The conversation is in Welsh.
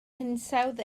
hinsawdd